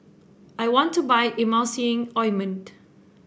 I want to buy Emulsying Ointment